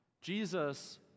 Jesus